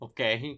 Okay